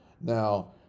Now